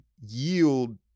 yield